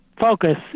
focus